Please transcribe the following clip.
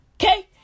Okay